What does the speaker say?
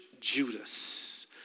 Judas